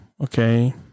okay